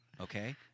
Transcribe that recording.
Okay